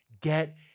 get